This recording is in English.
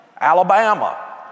Alabama